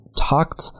talked